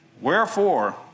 wherefore